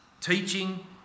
Teaching